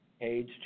Age